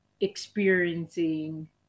experiencing